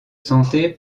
santé